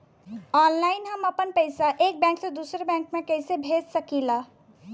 Online हम आपन पैसा एक बैंक से दूसरे बैंक में कईसे भेज सकीला?